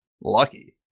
lucky